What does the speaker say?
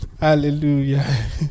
Hallelujah